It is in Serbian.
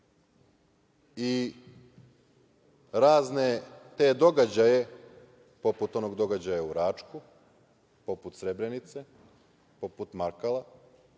i razne te događaje, poput onog događaja u Račku, poput Srebrenice, poput Markala